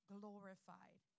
glorified